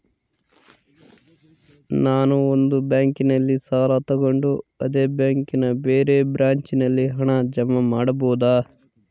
ನಾನು ಒಂದು ಬ್ಯಾಂಕಿನಲ್ಲಿ ಸಾಲ ತಗೊಂಡು ಅದೇ ಬ್ಯಾಂಕಿನ ಬೇರೆ ಬ್ರಾಂಚಿನಲ್ಲಿ ಹಣ ಜಮಾ ಮಾಡಬೋದ?